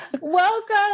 Welcome